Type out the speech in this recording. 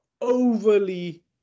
overly